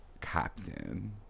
captain